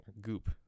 goop